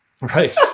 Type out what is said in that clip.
Right